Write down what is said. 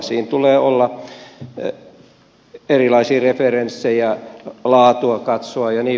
siinä tulee olla erilaisia referenssejä laatua katsoa jnp